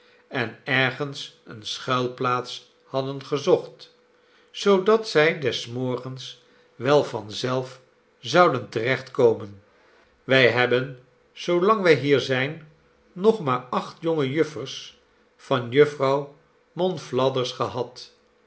en ergens eene schuilplaats hadden gezocht zoodat zij des morgens wel van zelf zouden te recht komen wij hebben zoolang wij hier zijn nog maar acht jonge juffers van jufvrouw monflathers gehad